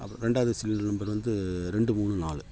அப்புறம் ரெண்டாவது cylinder number வந்து ரெண்டு மூணு நாலு